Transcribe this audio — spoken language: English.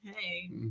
Hey